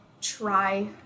try